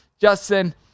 Justin